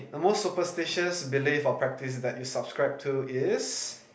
the most superstitious belief or practice that you subscribe to is